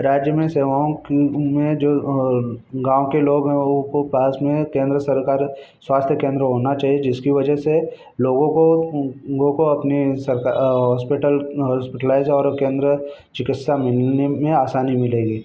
राज्य में सेवाओं की उनमें जो गाँव के लोग हैं उको पास में केंद्र सरकार स्वास्थ्य केंद्र होना चाहिए जिसकी वजह से लोगों को गो को अपने सरका हॉस्पिटल हॉस्पिटलाइज और केंद्र चिकित्सा मिलने में आसानी मिलेगी